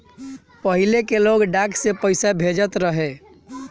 पहिले के लोग डाक से पईसा भेजत रहे